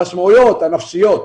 המשמעויות הנפשיות,